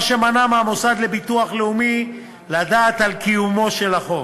דבר שמנע מהמוסד לביטוח לאומי לדעת על קיומו של החוב,